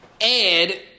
Ed